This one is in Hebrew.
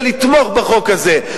ולתמוך בחוק הזה.